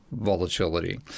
volatility